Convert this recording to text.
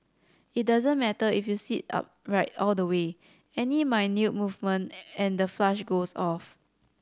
it doesn't matter if you sit upright all the way any movement and the flush goes off